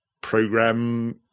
program